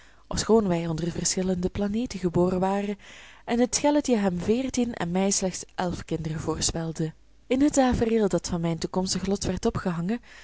ofschoon wij onder verschillende planeten geboren waren en het schelletje hem veertien en mij slechts elf kinderen voorspelde in het tafereel dat van mijn toekomstig lot werd opgehangen